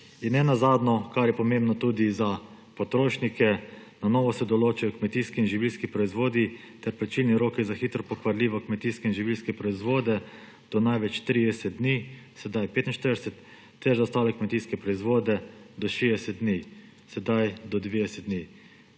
Ne nazadnje, kar je pomembno tudi za potrošnike, na novo se določijo kmetijski in živilski proizvodi ter plačilni roki za hitro pokvarljive kmetijske in živilske proizvode, do največ 30 dni, sedaj 45, ter za ostale kmetijske proizvode do 60 dni, sedaj do 90 dni.